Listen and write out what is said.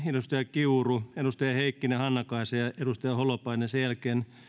edustaja kiuru edustaja hannakaisa heikkinen ja edustaja holopainen sen jälkeen